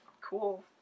cool